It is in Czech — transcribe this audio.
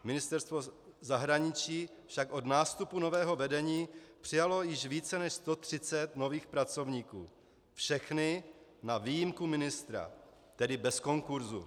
Ministerstvo zahraničí však od nástupu nového vedení přijalo již více než 130 nových pracovníků, všechny na výjimku ministra, tedy bez konkurzu.